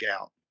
out